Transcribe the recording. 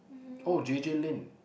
oh J_J-Lin